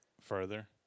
further